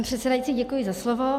Pane předsedající, děkuji za slovo.